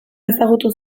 ezagutu